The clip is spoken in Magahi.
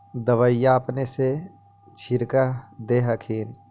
दबइया अपने से छीरक दे हखिन?